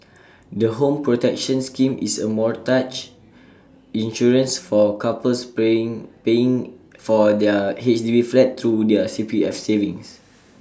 the home protection scheme is A mortgage insurance for couples playing paying for their H D B flat through their C P F savings